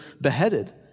beheaded